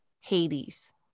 Hades